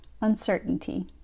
uncertainty